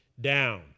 down